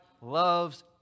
loves